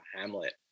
Hamlet